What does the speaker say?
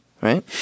right